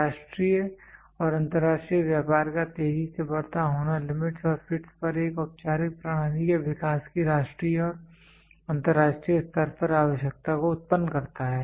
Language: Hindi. राष्ट्रीय और अंतर्राष्ट्रीय व्यापार का तेजी से बढ़ता होना लिमिटस् और फिटस् पर एक औपचारिक प्रणाली के विकास की राष्ट्रीय और अंतर्राष्ट्रीय स्तर पर आवश्यकता को उत्पन्न करता है